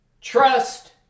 Trust